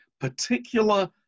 particular